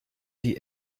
die